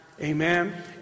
Amen